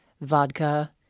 vodka